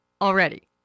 already